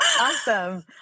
Awesome